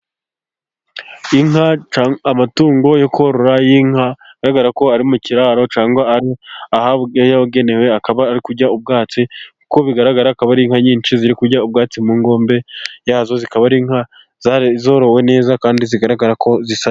Inka amatungo yo korora y'inka, bigaragara ko ari mu kiraro cyangwa ari ahabugenewe akaba ari kurya ubwatsi, kuko bigaragara akaba ari inka nyinshi ziri kurya ubwatsi mu ngombe yazo, zikaba ari inka zorowe neza kandi zigaragara ko zisa.....